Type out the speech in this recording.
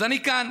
אז אני כאן,